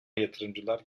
yatırımcılar